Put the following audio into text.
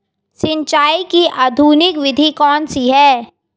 सिंचाई की आधुनिक विधि कौनसी हैं?